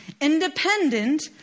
independent